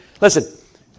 Listen